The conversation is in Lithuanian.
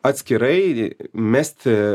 atskirai mest